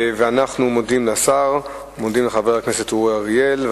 אנחנו מודים לשר ומודים לחבר הכנסת אורי אריאל.